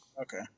Okay